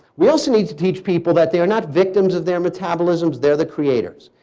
we also need to teach people that they are not victims of their metabolisms, they're the creators.